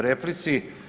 replici.